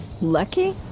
Lucky